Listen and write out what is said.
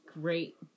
great